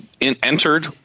entered